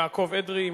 חבר הכנסת יעקב אדרי,